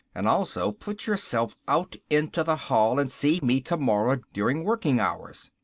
and also put yourself out into the hall and see me tomorrow during working hours.